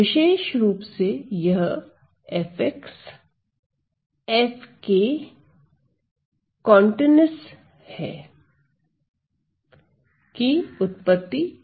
विशेष रुप से यह f F कॉनटीन्यूअस है की उपपत्ति पूर्ण करता है